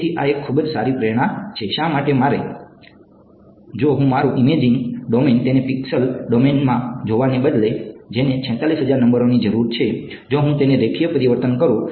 તેથી આ એક ખૂબ જ સારી પ્રેરણા છે શા માટે જો મારું ઇમેજિંગ ડોમેન તેને પિક્સેલ ડોમેનમાં જોવાને બદલે જેને 46000 નંબરોની જરૂર છે જો હું તેને રેખીય પરિવર્તન કરું